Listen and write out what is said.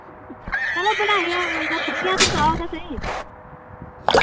चलो बनाइयै रक्खनी आं तुस बनाओ ते स्हेई